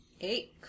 Eight